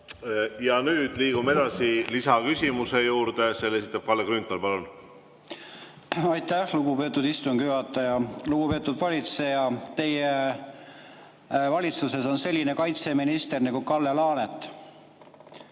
Ja nüüd liigume edasi lisaküsimuse juurde. Selle esitab Kalle Grünthal. Palun! Aitäh, lugupeetud istungi juhataja! Lugupeetud valitseja! Teie valitsuses on selline kaitseminister nagu Kalle Laanet.